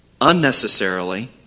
unnecessarily